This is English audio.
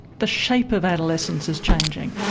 the shape of adolescence is changing.